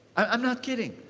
i'm not kidding.